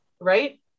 Right